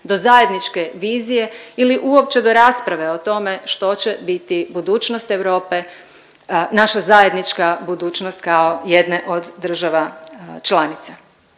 do zajedničke vizije ili uopće do rasprave o tome što će biti budućnost Europe, naša zajednička budućnost kao jedne od država članica.